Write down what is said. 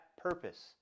purpose